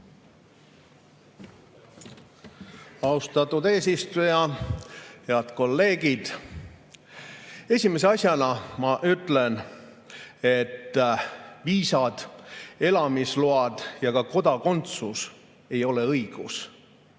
Austatud eesistuja! Head kolleegid! Esimese asjana ma ütlen, et viisad, elamisload ja kodakondsus ei ole õigus,